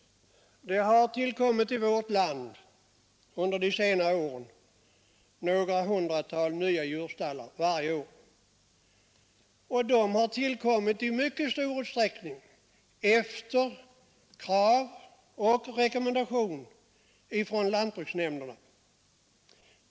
Det har under senare tid i vårt land tillkommit några hundratal nya djurstallar varje år, och de har i stor utsträckning tillkommit efter krav och rekommendationer från lantbruksnämnderna.